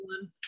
one